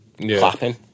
clapping